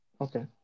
Okay